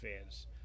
fans